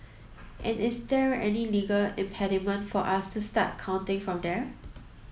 and is there any legal impediment for us to start counting from there